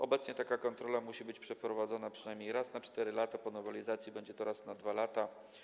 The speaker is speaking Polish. Obecnie taka kontrola musi być przeprowadzona przynajmniej raz na 4 lata, po nowelizacji będzie to raz na 2 lata.